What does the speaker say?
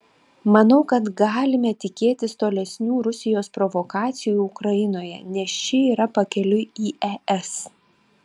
manau kad galime tikėtis tolesnių rusijos provokacijų ukrainoje nes ši yra pakeliui į es